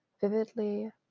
vividly